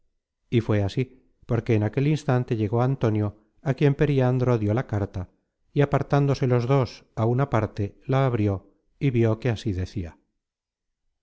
y fué así porque en aquel instante llegó antonio á quien periandro dió la carta y apartándose los dos á una parte la abrió y vió que así decia